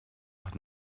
hat